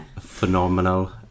phenomenal